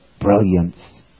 brilliance